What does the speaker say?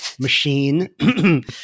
Machine